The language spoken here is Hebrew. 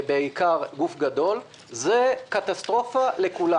בעיקר גוף גדול, היא קטסטרופה לכולם